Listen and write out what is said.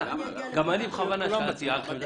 גם אני בכוונה שאלתי על חמדת הדרום.